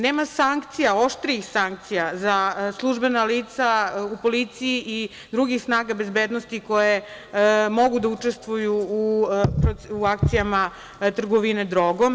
Nema sankcija, oštrijih sankcija za službena lica u policiji i drugih snaga bezbednosti koje mogu da učestvuju u akcijama trgovine drogom.